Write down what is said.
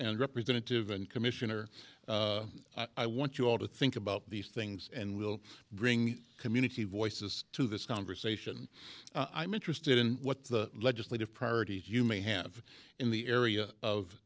and representative and commissioner i want you all to think about the things and we'll bring community voices to this conversation i'm interested in what the legislative priorities you may have in the area of